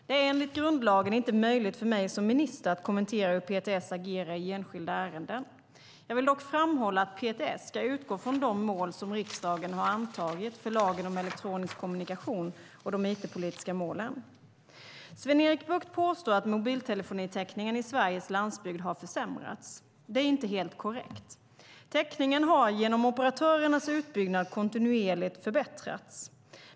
Det är enligt grundlagen inte möjligt för mig som minister att kommentera hur PTS agerar i enskilda ärenden. Jag vill dock framhålla att PTS ska utgå från de mål som riksdagen har antagit för lagen om elektronisk kommunikation och de it-politiska målen. Sven-Erik Bucht påstår att mobiltelefonitäckningen i Sveriges landsbygd har försämrats. Det är inte helt korrekt. Täckningen har genom operatörernas utbyggnad kontinuerligt förbättrats.